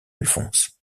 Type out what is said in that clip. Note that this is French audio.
alphonse